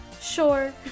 Sure